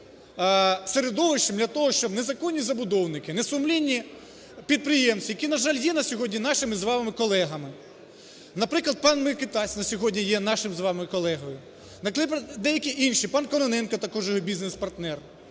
середовищем для того, щоб незаконні забудовники, несумлінні підприємці, які, на жаль, є на сьогодні нашими з вами колегами, наприклад, пан Микитась на сьогодні є нашим з вами колегою, наприклад, деякі інші, пан Кононенко також його бізнес-партнер.